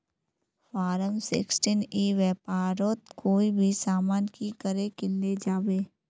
Form sixteen ई व्यापारोत कोई भी सामान की करे किनले जाबे?